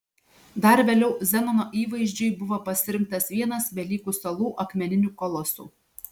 dar vėliau zenono įvaizdžiui buvo pasirinktas vienas velykų salų akmeninių kolosų